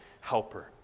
helper